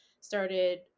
started